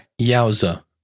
Yowza